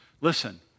Listen